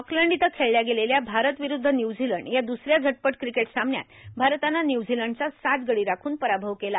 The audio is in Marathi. ऑकलंड इथं खेळल्या गेलेल्या भारत विरुद्ध न्यूझीलंड या दुसऱ्या झटपट क्रिकेट सामन्यात भारतानं न्यूझीलंडचा सात गडी राखून पराभव केला